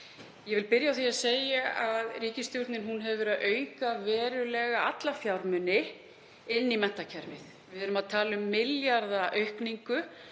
Ég vil byrja á því að segja að ríkisstjórnin hefur verið að auka verulega alla fjármuni inn í menntakerfið. Við erum að tala um milljarðaaukningu,